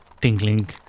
tingling